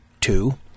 two